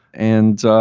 and